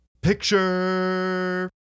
picture